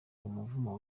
umuvumo